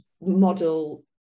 model